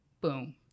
boom